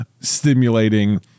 stimulating